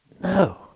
No